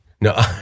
no